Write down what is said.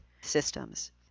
systems